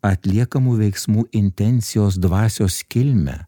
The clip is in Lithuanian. atliekamų veiksmų intencijos dvasios kilmę